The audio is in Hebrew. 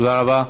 תודה רבה.